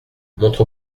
montre